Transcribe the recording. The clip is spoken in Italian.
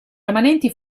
rimanenti